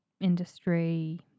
industry